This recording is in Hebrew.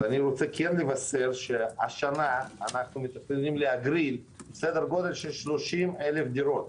אני רוצה לבשר שהשנה אנחנו מתכננים להגריל כ-30,000 דירות.